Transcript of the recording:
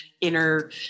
inner